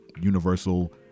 universal